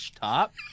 top